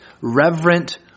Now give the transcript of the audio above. reverent